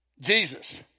Jesus